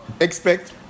expect